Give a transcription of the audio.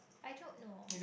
I don't know